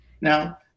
now